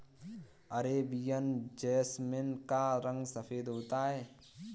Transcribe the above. Arabian jasmine का रंग सफेद होता है